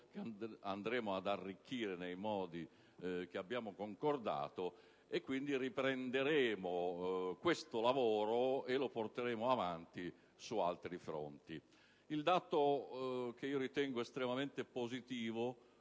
che andremo ad arricchire nei modi che abbiamo concordato: in quell'occasione, infatti, riprenderemo questo lavoro e lo porteremo avanti su altri fronti. Il dato che ritengo estremamente positivo,